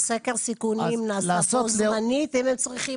סקר הסיכונים נעשה בו זמנית אם הם צריכים?